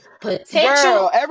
potential